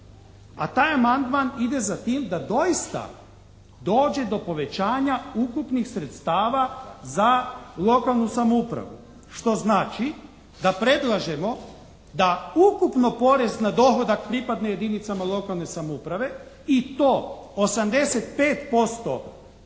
a taj amandman ide za tim da doista dođe do povećanja ukupnih sredstava za lokalnu samoupravu. Što znači da predlažemo da ukupno porez na dohodak pripadne jedinicama lokalne samouprave i to 85%